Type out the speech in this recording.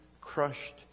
crushed